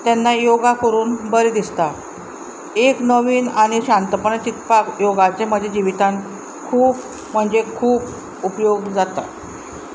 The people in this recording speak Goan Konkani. तेन्ना योगा करून बरें दिसता एक नवीन आनी शांतपण चिंतपाक योगाचे म्हज्या जिवितान खूब म्हणजे खूब उपयोग जाता